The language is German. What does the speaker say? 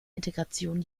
integration